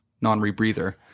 non-rebreather